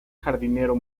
jardinero